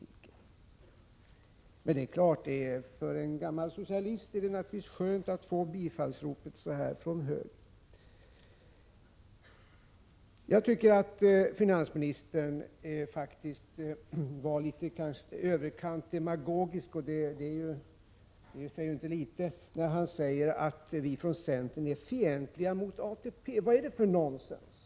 Men det är klart: För en gammal socialist är det naturligtvis skönt att få bifallsropen från höger! Jag tycker att finansministern faktiskt var i överkant demagogisk — och det säger inte litet — när han sade att vi från centern är fientliga mot ATP. Vad är det för nonsens?